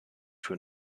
für